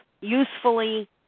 usefully